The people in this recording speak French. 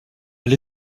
elle